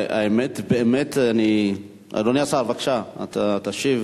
האמת, באמת אני, אדוני השר, בבקשה, אתה תשיב